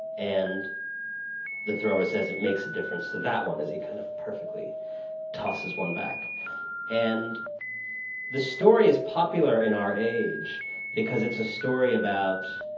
and the thrower says, it makes a difference to that one, as he kind of perfectly tosses one back and the story is popular in our age because it's a story about,